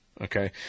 Okay